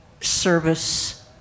service